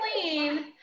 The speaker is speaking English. clean